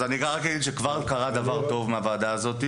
כבר קרה דבר טוב מהוועדה הזו.